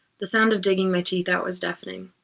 the sound of digging my teeth out was deafening.